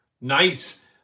Nice